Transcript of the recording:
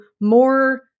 more